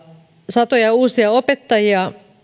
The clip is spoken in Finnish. satoja uusia opettajia